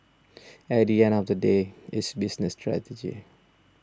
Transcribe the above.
at the end of the day it's business strategy